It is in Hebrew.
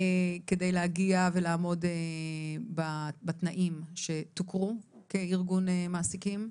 כדי להגיע ולעמוד בתנאים שתוכרו כארגון מעסיקים.